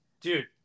dude